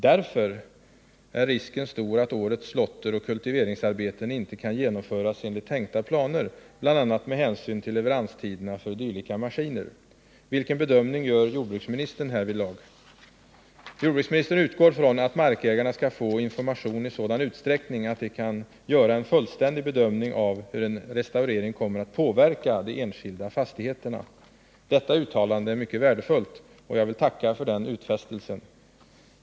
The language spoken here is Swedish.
Därför är risken stor att årets slåtteroch kultiveringsarbeten inte kan genomföras enligt tänkta planer, bl.a. med hänsyn till leveranstiderna för dylika maskiner. Vilken bedömning gör jordbruksministern härvidlag? Jordbruksministern utgår från att markägarna skall få information i sådan utsträckning att de kan göra en fullständig bedömning av hur en restaurering kommer att påverka de enskilda fastigheterna. Detta uttalande är mycket värdefullt, och jag vill tacka för den utfästelsen.